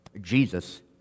Jesus